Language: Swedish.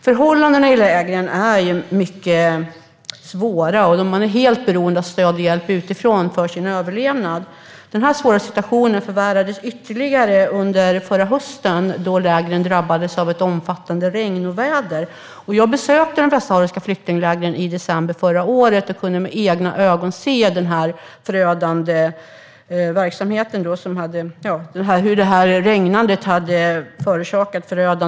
Förhållandena i lägren är mycket svåra. Man är helt beroende av stöd och hjälp utifrån för sin överlevnad. Den svåra situationen förvärrades ytterligare under förra hösten då lägren drabbades av ett omfattande regnoväder. Jag besökte de västsahariska flyktinglägren i december förra året och kunde med egna ögon se den förödelse som regnandet hade orsakat.